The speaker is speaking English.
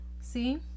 See